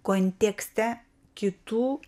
kontekste kitų